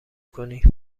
کنی